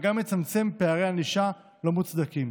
וגם לצמצם פערי ענישה לא מוצדקים.